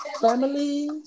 family